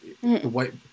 white